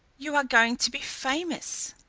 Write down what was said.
you are going to be famous.